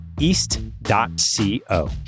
East.co